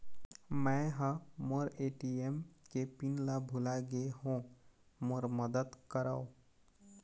मै ह मोर ए.टी.एम के पिन ला भुला गे हों मोर मदद करौ